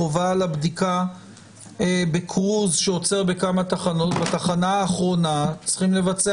חובת בדיקה בקרוז שעוצר בכמה תחנות בתחנה האחרונה צריך לבצע